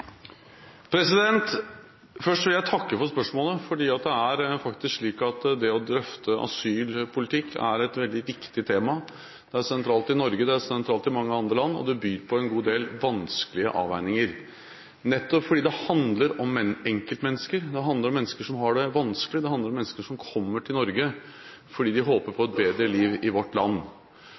Først vil jeg takke for spørsmålet, for det er faktisk slik at det å drøfte asylpolitikk er et veldig viktig tema. Det er sentralt i Norge, det er sentralt i mange andre land, og det byr på en god del vanskelige avveininger, nettopp fordi det handler om enkeltmennesker. Det handler om mennesker som har det vanskelig, det handler om mennesker som kommer til Norge fordi de håper på et bedre liv i vårt land.